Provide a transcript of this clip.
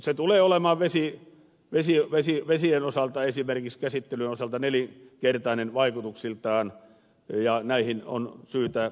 se tulee olemaan esimerkiksi vesien käsittelyn osalta nelinkertainen vaikutuksiltaan ja näihin arvioihin on syytä uskoa